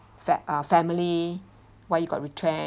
fa~ uh family why you got retrenched